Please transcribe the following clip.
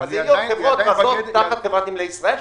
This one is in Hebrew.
הן תהיינה תחת חברת נמלי ישראל.